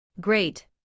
Great